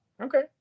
Okay